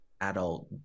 adult